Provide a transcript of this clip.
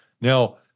Now